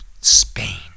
Spain